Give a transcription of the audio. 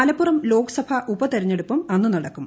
മലപ്പുറം ലോക്സഭാ ഉപതെരഞ്ഞെടുപ്പും അന്നു നടക്കും